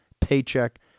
paycheck